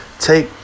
Take